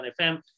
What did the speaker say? FM